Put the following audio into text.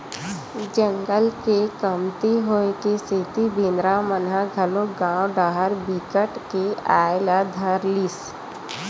जंगल के कमती होए के सेती बेंदरा मन ह घलोक गाँव डाहर बिकट के आये ल धर लिस